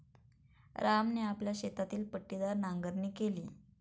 रामने आपल्या शेतातील पट्टीदार नांगरणी केली